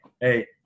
Hey